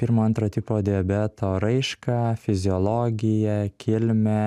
pirmo antro tipo diabeto raišką fiziologiją kilmę